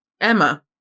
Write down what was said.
Emma